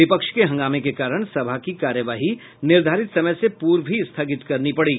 विपक्ष के हंगामे के कारण सभा की कार्यवाही निर्धारित समय से पूर्व ही स्थगित करनी पड़ी